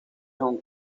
hong